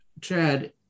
Chad